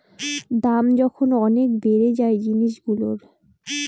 দাম যখন অনেক বেড়ে যায় জিনিসগুলোর